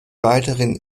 weiteren